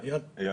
כן.